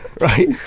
Right